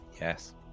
Yes